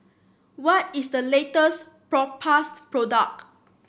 what is the latest Propass product